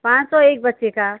पाँच सौ एक बच्चे का